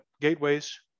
gateways